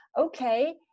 okay